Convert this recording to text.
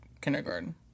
kindergarten